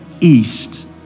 east